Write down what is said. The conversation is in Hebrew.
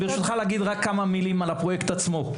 ברשותך, רק להגיד כמה מילים על הפרויקט עצמו.